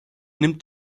nimmt